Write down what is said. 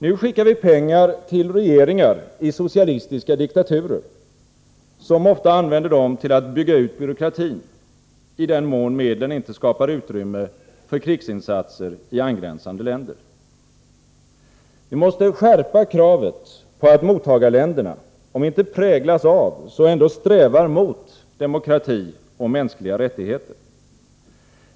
Nu skickar vi pengar till regeringar i socialistiska diktaturer, som ofta använder dem till att bygga ut byråkratin — i den mån medlen inte skapar utrymme för krigsinsatser i angränsande länder. Vi måste skärpa kravet på att mottagarländerna om inte präglas av så ändå strävar mot demokrati och mänskliga rättigheter.